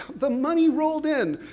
the money rolled in.